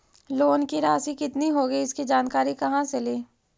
Loan की रासि कितनी होगी इसकी जानकारी कहा से ली?